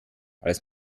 als